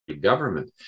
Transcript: government